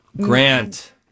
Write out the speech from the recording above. Grant